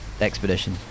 expedition